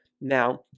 Now